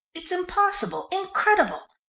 it's impossible, incredible!